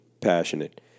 passionate